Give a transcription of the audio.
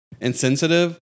insensitive